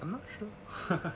I'm not sure